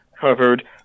covered